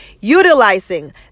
utilizing